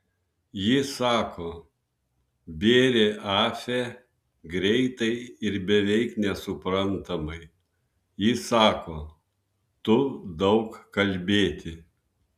ji sako bėrė afe greitai ir beveik nesuprantamai ji sako tu daug kalbėti